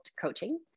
coaching